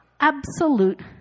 absolute